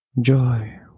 Joy